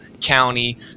county